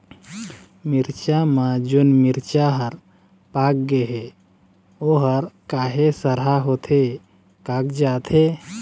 मिरचा म जोन मिरचा हर पाक गे हे ओहर काहे सरहा होथे कागजात हे?